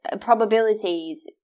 probabilities